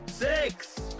Six